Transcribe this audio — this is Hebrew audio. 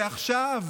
כשעכשיו,